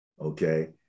okay